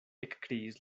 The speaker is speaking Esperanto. ekkriis